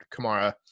Kamara